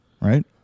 right